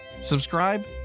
Subscribe